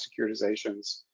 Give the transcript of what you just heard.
securitizations